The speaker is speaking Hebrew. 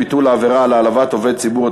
ביטול העבירה על העלבת עובד ציבור),